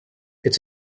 its